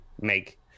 make